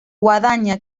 guadaña